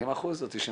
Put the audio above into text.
80% או 90%?